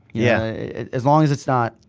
yeah as long as it's not.